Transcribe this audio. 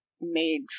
made